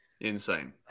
insane